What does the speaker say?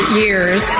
years